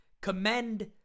commend